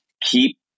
keep